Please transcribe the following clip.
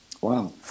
Wow